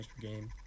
game